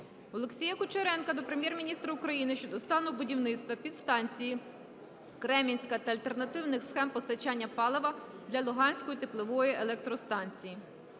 Олексія Кучеренка до Прем'єр-міністра України щодо стану будівництва підстанції "Кремінська" та альтернативних схем постачання палива для Луганської теплової електростанції.